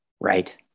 Right